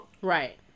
right